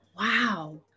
wow